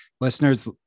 listeners